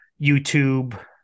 YouTube